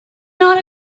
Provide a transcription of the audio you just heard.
not